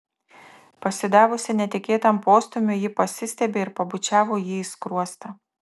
pasidavusi netikėtam postūmiui ji pasistiebė ir pabučiavo jį į skruostą